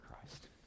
Christ